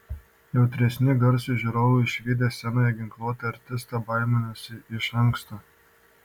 jautresni garsui žiūrovai išvydę scenoje ginkluotą artistą baiminasi iš anksto